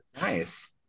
Nice